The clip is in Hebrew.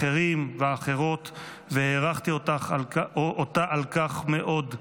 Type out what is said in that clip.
אחרים ואחרות, והערכתי אותה על כך מאוד.